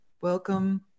welcome